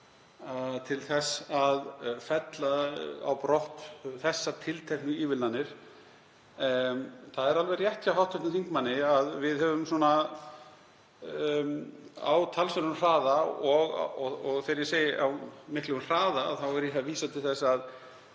til þess að fella niður þessar tilteknu ívilnanir. Það er alveg rétt hjá hv. þingmanni að við höfum á talsverðum hraða — og þegar ég segi á miklum hraða þá er ég að vísa til hraða